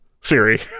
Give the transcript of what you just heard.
Siri